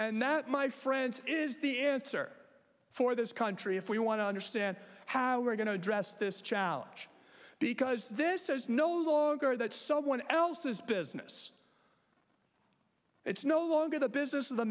and that my friends is the answer for this country if we want to understand how we're going to address this challenge because this is no longer that someone else's business it's no longer the business